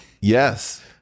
Yes